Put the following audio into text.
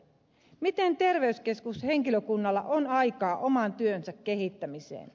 miten terveyskeskushenkilökunnalla on aikaa oman työnsä kehittämiseen